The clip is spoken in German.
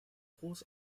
groß